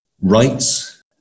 rights